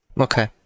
Okay